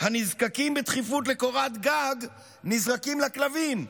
הנזקקים בדחיפות לקורת גג נזרקים לכלבים.